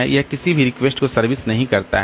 यह किसी भी रिक्वेस्ट को सर्विस नहीं करता है